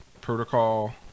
protocol